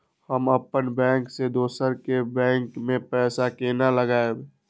हम अपन बैंक से दोसर के बैंक में पैसा केना लगाव?